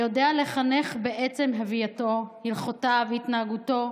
היודע לחנך בעצם הווייתו, הליכותיו, התנהגותו,